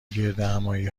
گردهمآیی